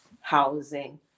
housing